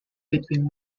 between